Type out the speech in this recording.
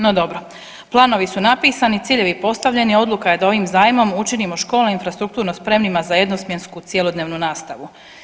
No dobro, planovi su napisani, ciljevi postavljeni, odluka je da ovim zajmom učinimo škole infrastrukturno spremnima za jedno smjensku cjelodnevnu nastavu.